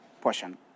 portion